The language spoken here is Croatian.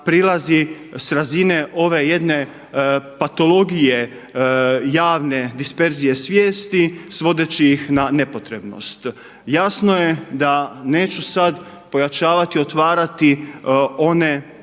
prilazi s razine ove jedne patologije, javne disperzije svijesti svodeći ih na nepotrebnost. Jasno je da neću sada pojačavati, otvarati one,